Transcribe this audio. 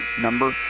number